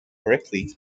correctly